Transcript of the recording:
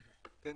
כן,